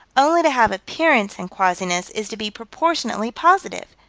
only to have appearance in quasiness is to be proportionately positive,